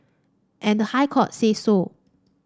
and the High Court said so